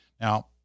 Now